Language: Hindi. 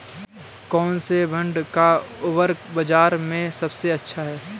कौनसे ब्रांड का उर्वरक बाज़ार में सबसे अच्छा हैं?